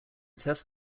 test